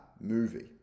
movie